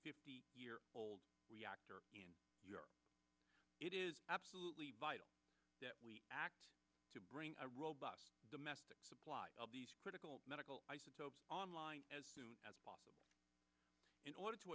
the old reactor in your it is absolutely vital that we act to bring a robust domestic supply of these critical medical isotopes on line as soon as possible in order to